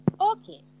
Okay